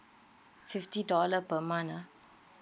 fifty dollar per month ah